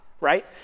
right